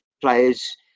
players